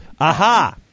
Aha